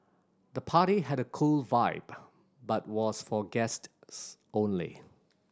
the party had a cool vibe but was for guests only